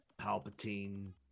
Palpatine